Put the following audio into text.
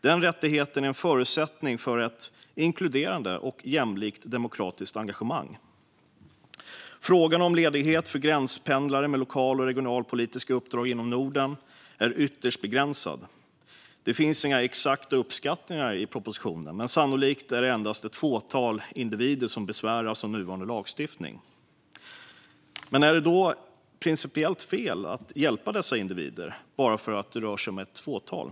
Denna rättighet är en förutsättning för ett inkluderande och jämlikt demokratiskt engagemang. Frågan om ledighet för gränspendlare med lokal och regionalpolitiska uppdrag inom Norden är ytterst begränsad. Det finns inga exakta uppskattningar i propositionen. Men sannolikt är det endast ett fåtal individer som besväras av nuvarande lagstiftning. Men är det då principiellt fel att hjälpa dessa individer bara för att det rör sig om ett fåtal?